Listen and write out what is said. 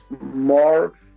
more